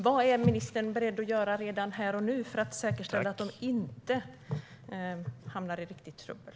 Vad är ministern beredd att göra redan här och nu för att säkerställa att dessa ägare inte hamnar i trubbel?